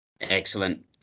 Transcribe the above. Excellent